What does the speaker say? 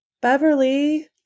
Beverly